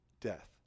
death